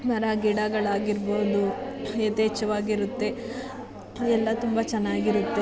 ಮರ ಗಿಡಗಳಾಗಿರ್ಬೋದು ಯಥೇಚ್ಛವಾಗಿರುತ್ತೆ ಎಲ್ಲ ತುಂಬ ಚೆನ್ನಾಗಿರುತ್ತೆ